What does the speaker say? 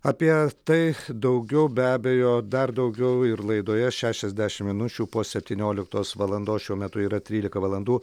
apie tai daugiau be abejo dar daugiau ir laidoje šešiasdešimt minučių po septynioliktos valandos šiuo metu yra trylika valandų